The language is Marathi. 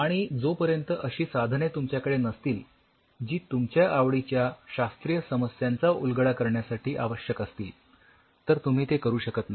आणि जोपर्यंत अशी साधने तुमच्याकडे नसतील जी तुमच्या आवडीच्या शास्त्रीय समस्यांचा उलगडा करण्यासाठी आवश्यक असतील तर तुम्ही ते करू शकत नाही